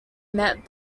met